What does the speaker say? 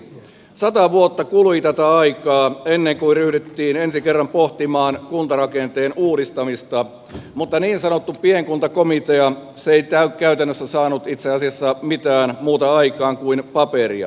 sata vuotta kului tätä aikaa ennen kuin ryhdyttiin ensi kerran pohtimaan kuntarakenteen uudistamista mutta niin sanottu pienkuntakomitea ei käytännössä saanut itse asiassa mitään muuta aikaan kuin paperia